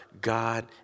God